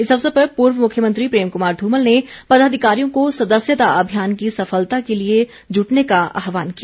इस अवसर पर पूर्व मुख्यमंत्री प्रेम कुमार ध्मल ने पदाधिकारियों को सदस्यता अभियान की सफलता के लिए जुटने का आहवान किया